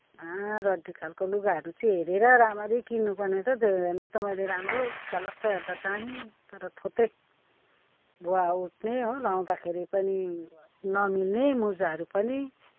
महा रड्डी खालको लुगाहरू चाहिँ हेरेर राम्ररी किन्नुपर्ने रहेछ त्यो हेर्नु त मैले राम्रो झलक्क हेर्दा दामी तर थोत्रे भुवा उठ्ने हो लगाउँदाखेरि पनि नमिल्ने मुजाहरू पनि